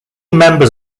members